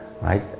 right